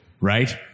Right